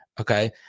Okay